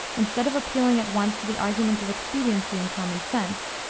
instead of appealing at once to the arguments of expediency and common sense,